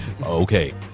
Okay